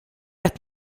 qed